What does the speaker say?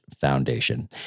Foundation